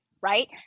right